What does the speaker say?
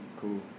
cool